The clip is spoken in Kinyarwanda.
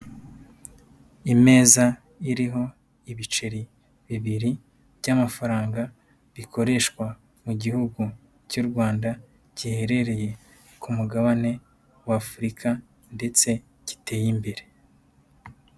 Imeza iriho ibiceri bibiri by'amafaranga rikoreshwa mu gihugu cy'u Rwanda giherereye ku mugabane w'Afurika ndetse giteye imbere.